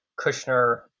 Kushner